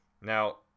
Now